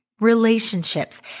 relationships